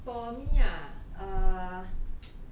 for me ah err